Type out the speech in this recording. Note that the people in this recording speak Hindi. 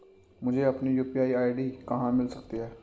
मुझे अपनी यू.पी.आई आई.डी कहां मिल सकती है?